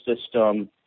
system